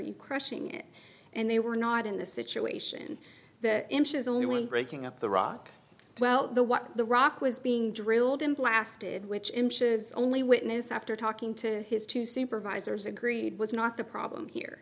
you crushing it and they were not in the situation that inches only when breaking up the rock well the what the rock was being drilled and blasted which inches only witness after talking to his two supervisors agreed was not the problem here